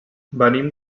venim